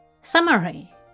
Summary